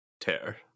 tear